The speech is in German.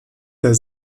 der